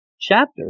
chapter